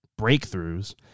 breakthroughs